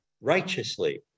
righteously